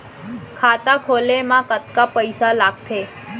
खाता खोले मा कतका पइसा लागथे?